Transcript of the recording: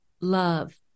love